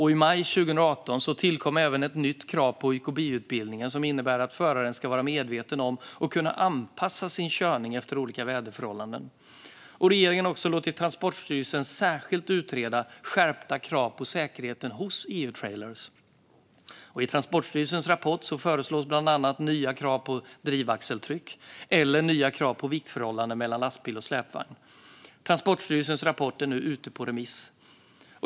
I maj 2018 tillkom även ett nytt krav på YKB-utbildningen som innebär att föraren ska vara medveten om och kunna anpassa sin körning efter olika väderförhållanden. Regeringen har också låtit Transportstyrelsen särskilt utreda skärpta krav på säkerheten hos EU-trailrar. I Transportstyrelsens rapport föreslås bland annat nya krav på drivaxeltryck eller nya krav på viktförhållande mellan lastbil och släpvagn. Transportstyrelsens rapport är nu ute på remiss.